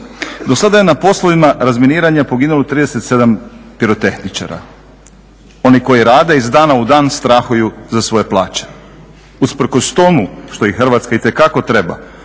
Do sada je na poslovima razminiranja poginulo 37 pirotehničara, oni koji rade iz dana u dan strahuju za svoje plaće. Usprkos tomu što ih Hrvatska itekako treba,